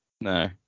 no